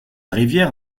rivière